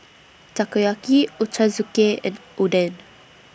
Takoyaki Ochazuke and Oden